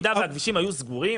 במידה והכבישים היו סגורים,